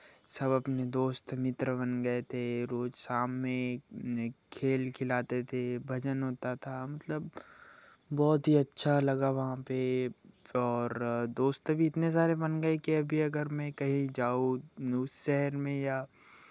सब अपने दोस्त मित्र बन गए थे रोज शाम में खेल खिलाते थे भजन होता था मतलब बहुत ही अच्छा लगा वहाँ पे और दोस्त भी इतने सारे बन गए कि अभी अगर मैं कहीं जाऊँ उस शहर में या